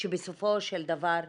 שבסופו של דבר נרצחה.